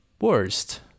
worst